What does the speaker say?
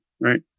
right